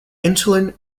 insulin